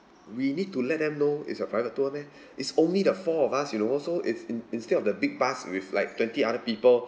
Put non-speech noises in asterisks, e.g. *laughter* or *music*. we need to let them know it's a private tour meh *breath* it's only the four of us you know so it's in instead of the big bus with like twenty other people